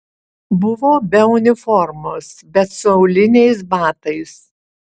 buvo be uniformos bet su auliniais batais